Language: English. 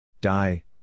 Die